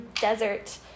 desert